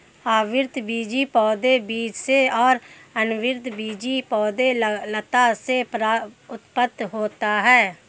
आवृतबीजी पौधे बीज से और अनावृतबीजी पौधे लता से उत्पन्न होते है